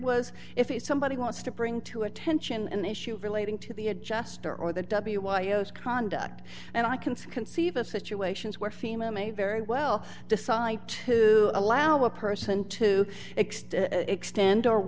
was if somebody wants to bring to attention an issue relating to the adjuster or the w y o s conduct and i can see conceive of situations where female may very well decide to allow a person to extend